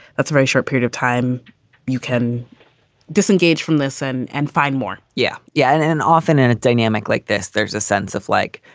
that's a very short period of time you can disengage from this and and find more. yeah. yeah. and and often in a dynamic like this, there's a sense of like,